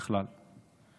בכלל,